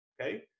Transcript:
Okay